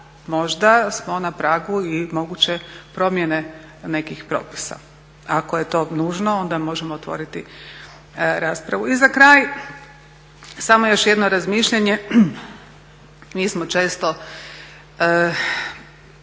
možda smo na pragu i moguće promjene nekih propisa ako je to nužno onda možemo otvoriti raspravu. I za kraj samo još jedno razmišljanje. Mi smo često